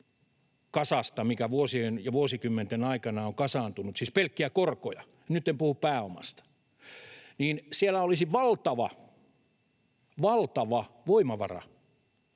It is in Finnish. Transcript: korkokasasta, mikä vuosien ja vuosikymmenten aikana on kasaantunut, siis pelkkiä korkoja, nyt en puhu pääomasta, niin siellä olisi valtava voimavara,